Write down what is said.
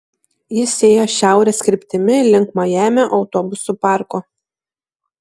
jis ėjo šiaurės kryptimi link majamio autobusų parko